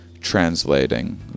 translating